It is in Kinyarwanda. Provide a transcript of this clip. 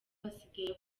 basigaye